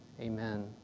amen